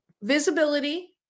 Visibility